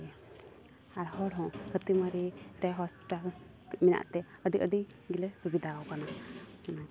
ᱟᱨ ᱦᱚᱲ ᱦᱚᱸ ᱦᱟᱹᱛᱢᱟᱹᱨᱤ ᱨᱮ ᱦᱚᱥᱯᱤᱴᱟᱞ ᱢᱮᱱᱟᱜ ᱛᱮ ᱟᱹᱰᱤ ᱟᱹᱰᱤ ᱜᱮᱞᱮ ᱥᱩᱵᱤᱫᱷᱟᱣ ᱠᱟᱱᱟ